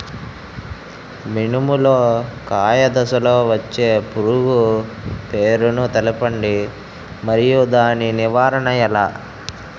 మినుము లో కాయ దశలో వచ్చే పురుగు పేరును తెలపండి? మరియు దాని నివారణ ఎలా?